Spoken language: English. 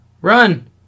Run